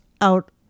out